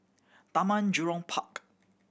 Taman Jurong Park